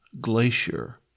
Glacier